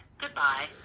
Goodbye